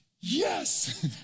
yes